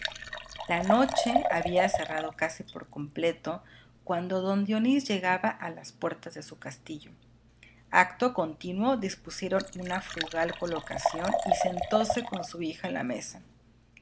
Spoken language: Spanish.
la noche había cerrado casi por completo cuando don dionís llegaba a las puertas de su castillo acto continuo dispusieron una frugal colocación y sentóse con su hija en la mesa